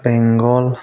Bengal